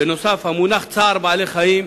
בנוסף, המונח "צער בעלי-חיים",